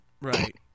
right